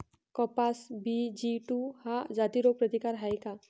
कपास B G two ह्या जाती रोग प्रतिकारक हाये का?